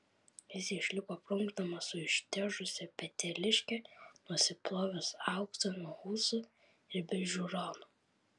jis išlipo prunkšdamas su ištežusia peteliške nusiplovęs auksą nuo ūsų ir be žiūronų